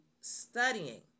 studying